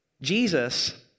Jesus